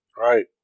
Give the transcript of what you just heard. Right